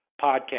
podcast